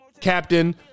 captain